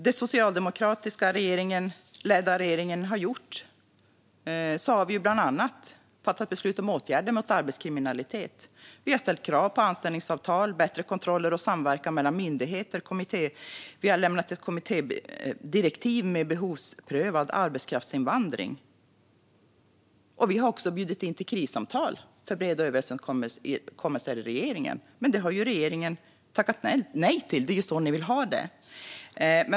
Den socialdemokratiskt ledda regeringen har bland annat fattat beslut om åtgärder mot arbetskriminalitet. Vi har ställt krav på anställningsavtal och bättre kontroller och samverkan mellan myndigheter. Vi har lämnat ett kommittédirektiv om behovsprövad arbetskraftsinvandring. Vi har också bjudit in till krissamtal för breda överenskommelser med regeringen, men det har regeringen tackat nej till. Det är så ni vill ha det.